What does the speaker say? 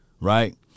right